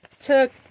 took